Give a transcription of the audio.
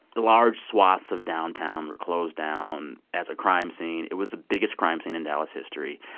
large swaths of downtown were closed down as a crime scene. it was the biggest crime scene in dallas history.